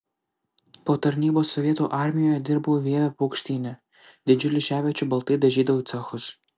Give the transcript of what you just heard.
po tarnybos sovietų armijoje dirbau vievio paukštyne didžiuliu šepečiu baltai dažydavau cechus